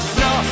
no